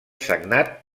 sagnat